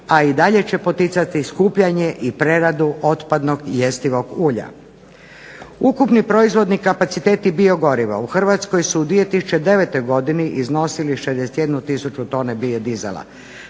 a i dalje će poticati skupljanje i preradu otpadnog i jestivog ulja. Ukupni proizvodni kapaciteti biogoriva u Hrvatskoj su u 2009. godini iznosili 61000 tone biodizela.